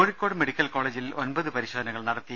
Kozhikode medical കോളേജിൽ ഒൻപത് പരിശോധനകൾ നടത്തി